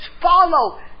follow